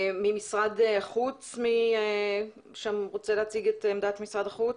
הוא העלה כאן